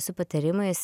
su patarimais